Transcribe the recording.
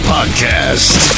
Podcast